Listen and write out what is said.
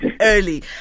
early